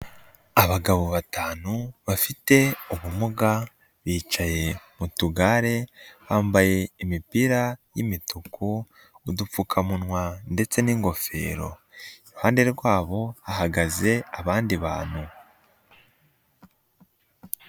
Abagabo batanu bafite ubumuga bicaye mu tugare bambaye imipira y'imituku, udupfukamunwa ndetse n'ingofero, iruhande rwabo hagaze abandi bantu.